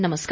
नमस्कार